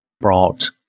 brought